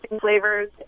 flavors